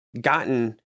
gotten